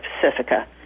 Pacifica